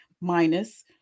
Minus